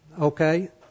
Okay